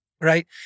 Right